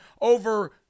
over